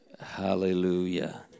hallelujah